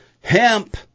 hemp